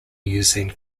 using